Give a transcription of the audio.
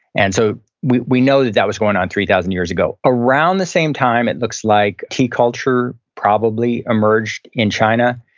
and so, we we know that that was going on three thousand years ago. around the same time, it looks like tea culture probably emerged in china.